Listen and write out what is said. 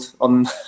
on